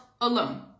alone